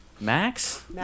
Max